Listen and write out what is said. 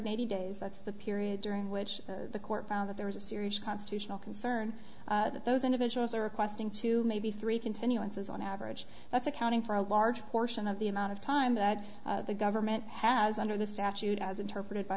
hundred eighty days that's the period during which the court found that there was a serious constitutional concern that those individuals are requesting two maybe three continuances on average that's accounting for a large portion of the amount of time that the government has under the statute as interpreted by